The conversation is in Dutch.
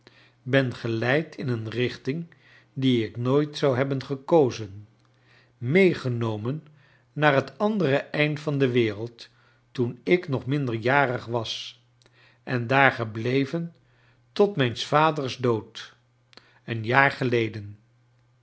ben geleid in een richting die ik nooit zou hebben gekozen meegenomen naar het andere einde van de wereld toen ik nog minderjarig was en daar gebleven tot mijns vaders dood een jaar geleden